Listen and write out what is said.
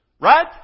Right